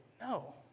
no